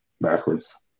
backwards